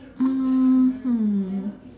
mmhmm